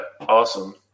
awesome